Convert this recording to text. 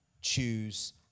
choose